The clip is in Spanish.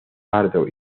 pardo